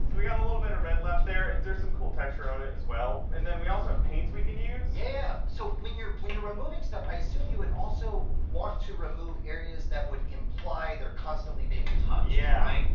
we got a little bit of red left there. there is there some cool texture on it as well and then we also have paints we can use. yeah, yeah. so when you're when you're removing stuff, i assume you would also want to remove areas that would imply they're constantly being touched, yeah